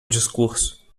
discurso